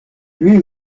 lui